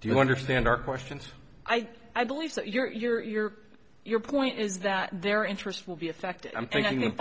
do you understand our questions i i believe that your your your your point is that their interests will be affected i'm thinking